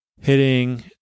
hitting